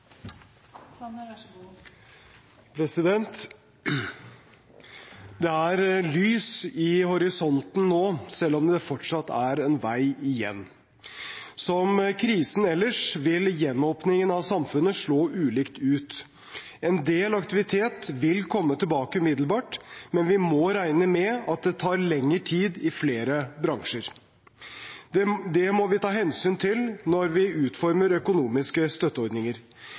en vei igjen. Som krisen ellers vil gjenåpningen av samfunnet slå ulikt ut. En del aktivitet vil komme tilbake umiddelbart, men vi må regne med at det tar lengre tid i flere bransjer. Det må vi ta hensyn til når vi utformer økonomiske støtteordninger.